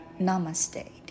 Namaste